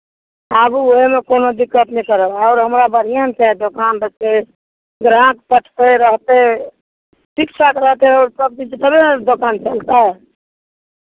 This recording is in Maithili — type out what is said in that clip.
आबू ओहिमे कोनो दिक्क्त नहि करब आओर हमरा बढ़िएँ ने छै दोकान बढ़तै ग्राहक पटतै रहतै ठीक ठाक रहतै आओर सभकिछु थोड़े ने दोकान चलतै